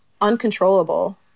uncontrollable